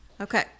Okay